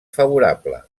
favorable